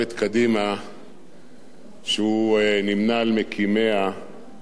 שהוא נמנה על מקימיה ויש לו בה זכויות רבות,